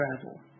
travel